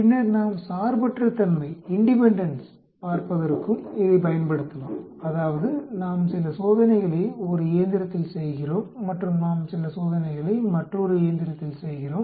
பின்னர் நாம் சார்பற்றத்தன்மையைப் பார்ப்பதற்கும் இதைப் பயன்படுத்தலாம் அதாவது நாம் சில சோதனைகளை ஒரு இயந்திரத்தில் செய்கிறோம் மற்றும் நாம் சில சோதனைகளை மற்றொரு இயந்திரத்தில் செய்கிறோம்